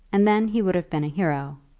and then he would have been a hero.